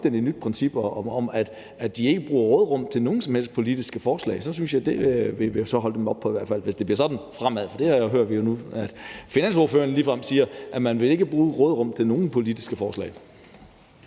nyt princip om, at de ikke bruger råderum til nogen som helst politiske forslag, vil jeg i hvert fald holde dem op på det, hvis det bliver sådan fremover, for vi hører jo nu, at finansordføreren ligefrem siger, at man ikke vil bruge råderummet til nogen politiske forslag.